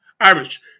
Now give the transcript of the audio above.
Irish